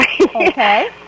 Okay